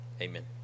Amen